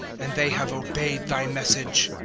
and they have obeyed thy message.